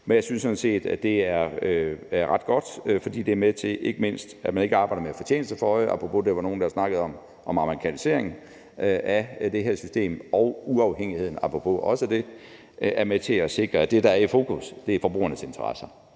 Jeg synes sådan set, at det er ret godt, fordi det ikke mindst er med til at sikre, at man ikke arbejder med fortjeneste for øje – apropos, der var nogen, der snakkede om amerikanisering af det her system – og uafhængigheden er med til at sikre, at det, der er i fokus, er forbrugernes interesser.